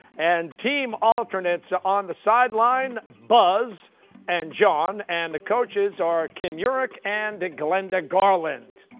and team alternates on the sideline, buzz and john, and the coaches are kim juric and glenda garland.